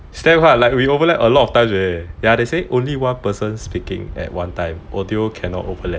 it's damn hard like we overlap a lot of times already leh ya they say only one person speaking at one time audio cannot overlap